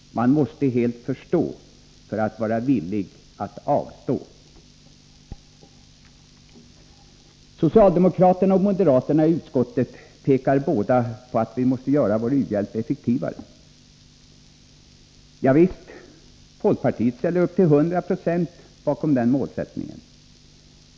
Man måste helt förstå för att vara villig att avstå. Socialdemokraterna och moderaterna i utskottet pekar båda på att vi måste göra vår u-hjälp effektivare. Ja visst! Folkpartiet ställer upp till hundra procent bakom den målsättningen.